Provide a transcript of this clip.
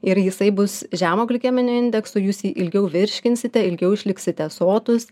ir jisai bus žemo glikeminio indekso jūs jį ilgiau virškinsite ilgiau išliksite sotūs